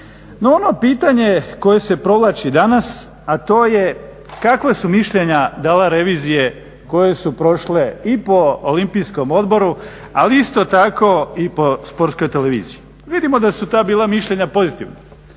ono pitanje koje se provlači danas a to je kakva su mišljenja dal revizije koje su prošle i po olimpijskom odboru ali isto tako i po sportskoj televiziji. Vidimo da su ta bila mišljenja pozitivna.